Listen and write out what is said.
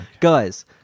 guys